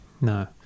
No